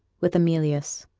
with aemilius,